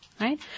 right